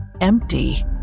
empty